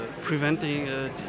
preventing